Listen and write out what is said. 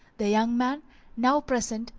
the young man now present,